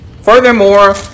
Furthermore